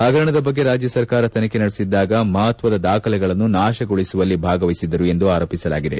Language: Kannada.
ಹಗರಣದ ಬಗ್ಗೆ ರಾಜ್ಯ ಸರ್ಕಾರ ತನಿಖೆ ನಡೆಸಿದ್ದಾಗ ಮಹತ್ವದ ದಾಖಲೆಗಳನ್ನು ನಾಶಗೊಳಿಸುವಲ್ಲಿ ಭಾಗಿಯಾಗಿದ್ದರು ಎಂದು ಆರೋಪಿಸಲಾಗಿದೆ